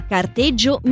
Carteggio